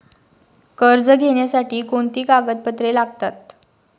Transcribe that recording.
कर्ज घेण्यासाठी कोणती कागदपत्रे लागतात?